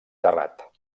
terrat